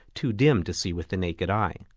too dim to see with the naked eye.